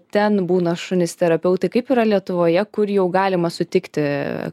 ten būna šunys terapeutai kaip yra lietuvoje kur jau galima sutikti